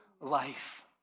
life